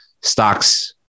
Stocks